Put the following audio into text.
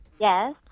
Yes